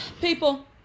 People